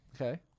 Okay